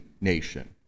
nation